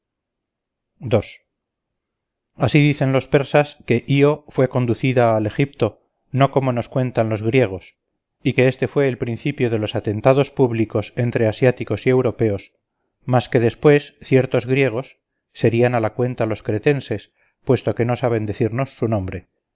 así dicen los persas que lo fue conducida al egipto no como nos lo cuentan los griegos y que este fue el principio de los atentados públicos entre asiáticos y europeos mas que después ciertos griegos serían a la cuenta los cretenses puesto que no saben decirnos su nombre habiendo aportado a tiro en las costas de fenicia arrebataron a aquel príncipe una hija